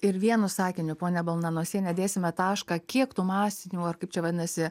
ir vienu sakiniu ponia balnanosiene dėsime tašką kiek tų masinių ar kaip čia vadinasi